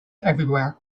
everywhere